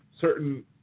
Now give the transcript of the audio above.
certain